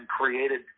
created